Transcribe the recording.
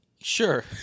Sure